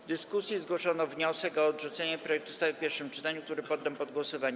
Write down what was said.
W dyskusji zgłoszono wniosek o odrzucenie projektu ustawy w pierwszym czytaniu, który poddam pod głosowanie.